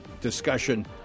discussion